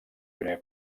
primer